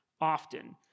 often